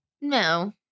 No